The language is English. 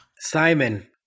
Simon